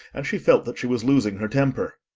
and she felt that she was losing her temper.